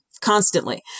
constantly